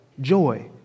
joy